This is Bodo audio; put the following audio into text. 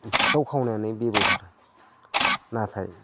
सिखाव खावनायानो बेबहाय नाथाय